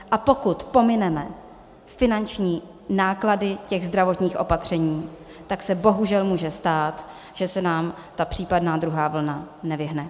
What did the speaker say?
A pokud pomineme finanční náklady těch zdravotních opatření, tak se bohužel může stát, že se nám ta případná druhá vlna nevyhne.